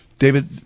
David